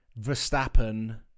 Verstappen